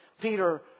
Peter